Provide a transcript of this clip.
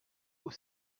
aux